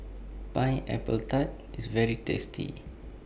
Pineapple Tart IS very tasty